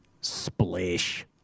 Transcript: splish